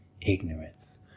ignorance